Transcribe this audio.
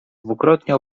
dwukrotnie